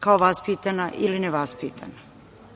kao vaspitana ili nevaspitana. Ja